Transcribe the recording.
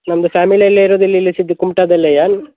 ನಮ್ಮದು ಫ್ಯಾಮಿಲಿ ಎಲ್ಲ ಇರುದು ಇಲ್ಲಿ ಇಲ್ಲಿ ಸಿದ್ ಕುಮ್ಟಾದಲ್ಲೆಯಾ